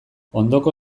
ondoko